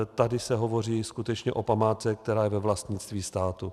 Tady se hovoří skutečně o památce, která je ve vlastnictví státu.